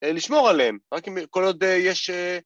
‫לשמור עליהם, רק אם... כל עוד יש...